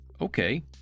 Okay